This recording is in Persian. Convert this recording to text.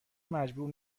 مجبور